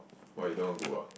why you don't want go ah